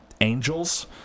angels